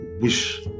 wish